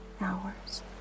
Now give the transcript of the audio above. hours